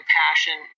passion